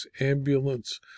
ambulance